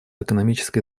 экономической